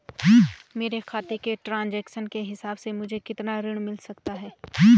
मेरे खाते के ट्रान्ज़ैक्शन के हिसाब से मुझे कितना ऋण मिल सकता है?